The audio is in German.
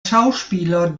schauspieler